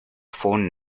phone